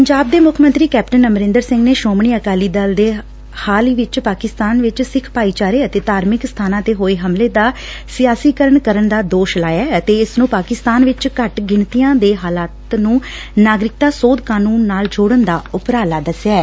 ਪੰਜਾਬ ਦੇ ਮੁੱਖ ਮੰਤਰੀ ਕੈਪਟਨ ਅਮਰਿੰਦਰ ਸਿੰਘ ਨੇ ਸ੍ਰੋਮਣੀ ਅਕਾਲੀ ਦਲ ਤੇ ਹਾਲ ਹੀ ਵਿਚ ਪਾਕਿਸਤਾਨ ਵਿਚ ਸਿੱਖ ਭਾਈਚਾਰੇ ਅਤੇ ਧਾਰਮਿਕ ਸਬਾਨਾਂ ਤੇ ਹੋਏ ਹਮਲੇ ਦਾ ਸਿਆਸੀਕਰਣ ਕਰਨ ਦਾ ਦੋਸ ਲਾਇਐ ਅਤੇ ਇਸ ਨੂੰ ਪਾਕਿਸਤਾਨ ਵਿਚ ਘੱਟ ਗਿਣਤੀਆਂ ਦੇ ਹਾਲਾਤਾਂ ਨੂੰ ਨਾਗਰਿਕਤਾ ਸੋਧ ਕਾਨੂੰਨ ਨਾਲ ਜੋੜਨ ਦਾ ਉਪਰਾਲਾ ਦਸਿਐ